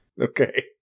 Okay